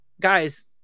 guys